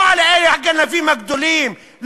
לא על הגנבים הגדולים,